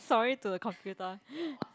sorry to the computer